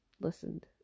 listened